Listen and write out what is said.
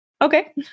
Okay